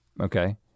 Okay